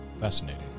Fascinating